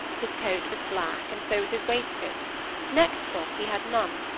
his coat was black, and so was his waistcoat neckcloth he had none,